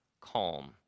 calm